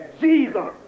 Jesus